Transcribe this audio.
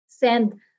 send